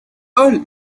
ole